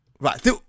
Right